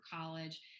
college